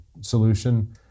solution